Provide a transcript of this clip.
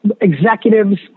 executives